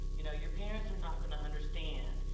you know, your parents are not gonna understand,